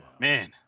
Man